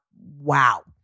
Wow